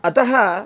अतः